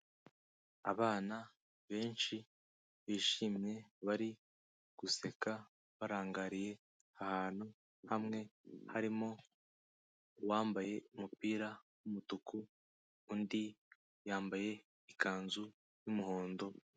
Abana benshi bishimye, bari guseka barangariye ahantu hamwe, harimo uwambaye umupira w'umutuku, undi yambaye ikanzu y'umuhondo.